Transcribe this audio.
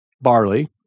barley